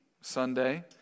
Sunday